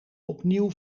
opnieuw